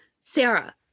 sarah